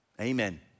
Amen